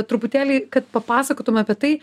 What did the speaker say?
truputėlį kad papasakotum apie tai